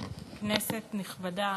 כנסת נכבדה,